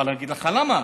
אבל אגיד לך למה,